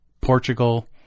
Portugal